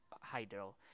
hydro